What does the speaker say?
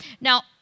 Now